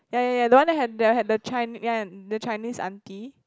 ya ya ya the one that had that had the Chin~ Chinese auntie